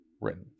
written